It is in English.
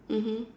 mmhmm